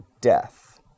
death